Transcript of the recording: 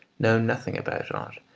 know nothing about art,